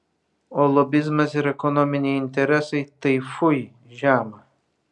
o lobizmas ir ekonominiai interesai tai fui žema